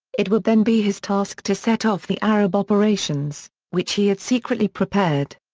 it would then be his task to set off the arab operations, which he had secretly prepared.